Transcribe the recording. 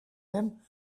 him